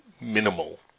minimal